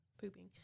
pooping